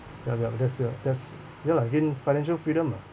yup yup that's ya that's ya lah win financial freedom lah